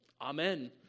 Amen